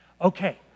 Okay